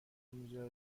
میذاره